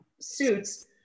suits